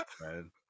man